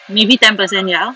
maybe ten percent ya